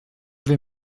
vais